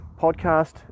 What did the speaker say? podcast